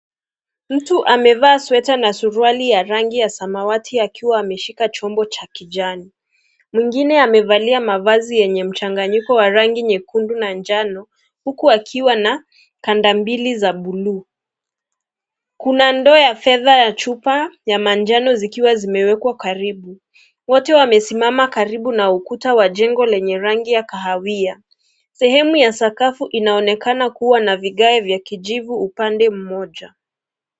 Mtu amevaa sweta na suruali ya rangi ya samawati akiwa ameshika chombo cha kijani. Mwingine amevalia mavazi yenye mchanganyiko wa rangi nyekundu na njano huku akiwa na kanda mbili za buluu. Kuna ndoo ya fedha na chupa ya manjano zikiwa zimewekwa karibu. Wote wamesimama karibu na ukuta wa jengo lenye rangi ya kahawia. Sehemu ya sakafu inaonekana kuwa na vigae vya kijivu upande mmoja.